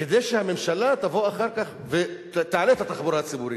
כדי שהממשלה תבוא אחר כך ותעלה את המחירים.